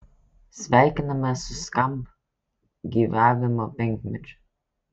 sveikiname su skamp gyvavimo penkmečiu